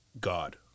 God